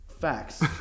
Facts